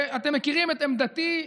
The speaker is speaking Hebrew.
אתם מכירים את עמדתי: